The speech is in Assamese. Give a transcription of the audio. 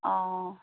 অঁ